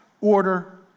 order